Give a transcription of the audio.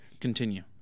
continue